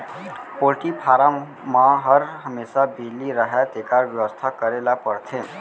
poultry farm म हर हमेसा बिजली रहय तेकर बेवस्था करे ल परथे